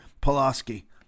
Pulaski